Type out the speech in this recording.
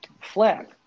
flag